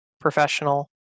professional